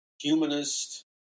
humanist